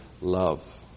love